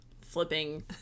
flipping